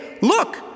look